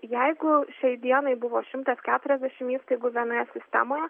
jeigu šiai dienai buvo šimtas keturiasdešim įstaigų vienoje sistemoje